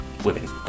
women